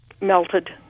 melted